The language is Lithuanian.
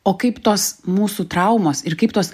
o kaip tos mūsų traumos ir kaip tos